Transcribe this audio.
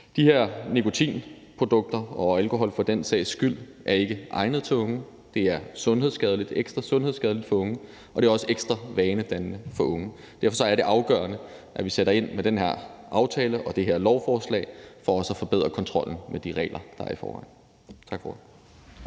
De her nikotinprodukter og alkohol for den sags skyld er ikke egnet til unge. Det er sundhedsskadeligt, ekstra sundhedsskadeligt for unge, og det er også ekstra vanedannende for unge. Derfor er det afgørende, at vi sætter ind med den her aftale og det her lovforslag for også at forbedre kontrollen med de regler, der er i forvejen. Tak for ordet.